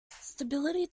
stability